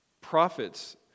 prophets